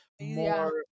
more